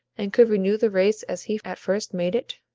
and could renew the race as he at first made it!